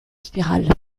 spirale